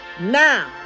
now